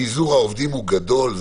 פיזור העובדים הוא גדול,